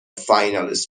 finalist